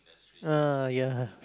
ah ya